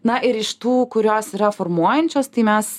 na ir iš tų kurios yra formuojančios tai mes